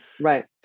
Right